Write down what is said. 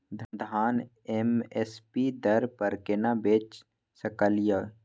धान M S P दर पर केना बेच सकलियै?